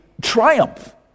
triumph